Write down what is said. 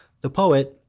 the poet,